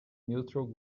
neutral